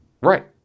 Right